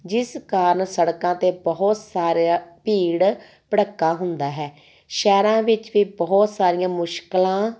ਜਿਸ ਕਾਰਨ ਸੜਕਾਂ 'ਤੇ ਬਹੁਤ ਸਾਰਾ ਭੀੜ ਭੜੱਕਾ ਹੁੰਦਾ ਹੈ ਸ਼ਹਿਰਾਂ ਵਿੱਚ ਵੀ ਬਹੁਤ ਸਾਰੀਆਂ ਮੁਸ਼ਕਿਲਾਂ